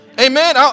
Amen